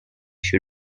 she